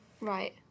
right